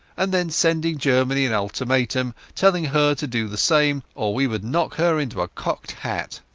and then sending germany an ultimatum telling her to do the same or we would knock her into a cocked hat.